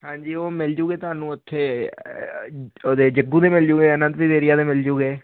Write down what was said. ਹਾਂਜੀ ਉਹ ਮਿਲਜੂਗੇ ਤੁਹਾਨੂੰ ਉੱਥੇ ਉਹਦੇ ਜੱਗੂ ਦੇ ਮਿਲਜੂਗੇ ਅਨੰਤੀ ਏਰੀਆ ਦੇ ਮਿਲਜੂਗੇ